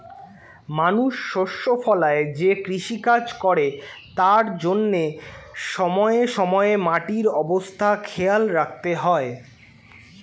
মানুষ শস্য ফলায় যে কৃষিকাজ করে তার জন্যে সময়ে সময়ে মাটির অবস্থা খেয়াল রাখতে হয়